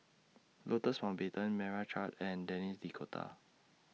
Louis Mountbatten Meira Chand and Denis D'Cotta